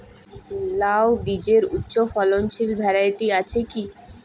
লাউ বীজের উচ্চ ফলনশীল ভ্যারাইটি আছে কী?